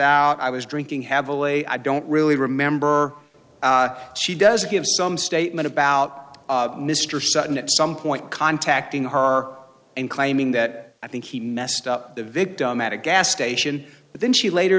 out i was drinking heavily i don't really remember she does give some statement about mr sutton at some point contacting her and claiming that i think he messed up the victim at a gas station but then she later